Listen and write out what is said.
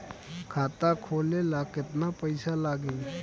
खाता खोले ला केतना पइसा लागी?